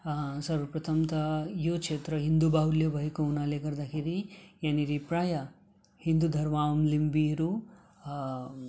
सर्वप्रथम त यो क्षेत्र हिन्दू बाहुल्य भएको हुनाले गर्दाखेरि यहाँनेर प्रायः हिन्दू धर्मावलम्बीहरू